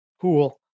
cool